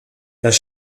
das